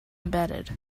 embedded